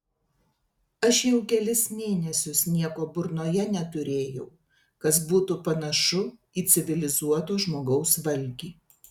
aš jau kelis mėnesius nieko burnoje neturėjau kas būtų panašu į civilizuoto žmogaus valgį